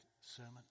sermon